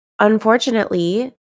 unfortunately